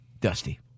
Dusty